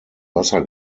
wasser